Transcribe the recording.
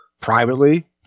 privately